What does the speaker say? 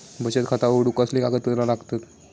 बचत खाता उघडूक कसले कागदपत्र लागतत?